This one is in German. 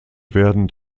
werden